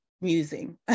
musing